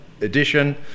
edition